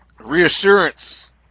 reassurance